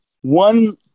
one